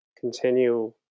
continue